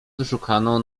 wyszukaną